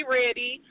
ready